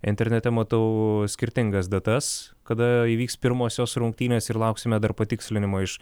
internete matau skirtingas datas kada įvyks pirmosios rungtynės ir lauksime dar patikslinimo iš